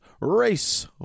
race